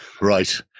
Right